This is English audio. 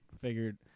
Figured